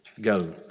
go